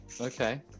okay